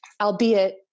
albeit